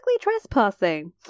trespassing